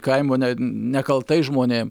kaimo ne nekaltais žmonėm